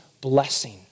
blessing